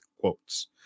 quotes